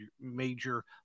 major